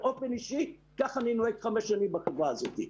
באפן אישי כך אני נוהג חמש שנים בחברה הזאת.